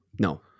No